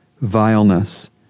vileness